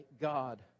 God